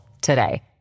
today